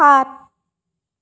সাত